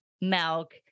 milk